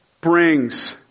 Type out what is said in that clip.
brings